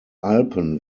alpen